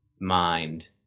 mind